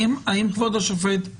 כבוד השופט,